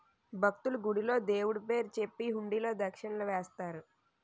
భక్తులు, గుడిలో దేవుడు పేరు చెప్పి హుండీలో దక్షిణలు వేస్తారు